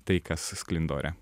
tai kas sklinda ore